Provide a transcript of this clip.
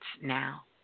now